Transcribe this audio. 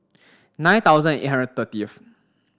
nine thousand eight hundred thirtieth